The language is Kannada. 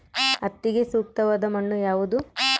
ಹತ್ತಿಗೆ ಸೂಕ್ತವಾದ ಮಣ್ಣು ಯಾವುದು?